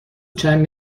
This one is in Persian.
چند